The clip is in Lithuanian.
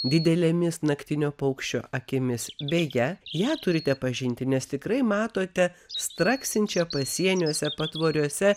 didelėmis naktinio paukščio akimis beje ją turite pažinti nes tikrai matote straksinčią pasieniuose patvoriuose